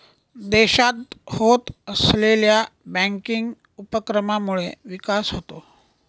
देशात होत असलेल्या बँकिंग उपक्रमांमुळे विकास होतो